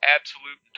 Absolute